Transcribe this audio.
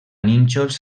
nínxols